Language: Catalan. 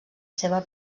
seva